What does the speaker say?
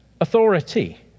authority